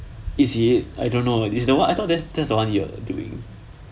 is it I don't know is the what I thought that's that's the one you're doing